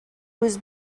was